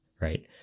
Right